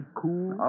cool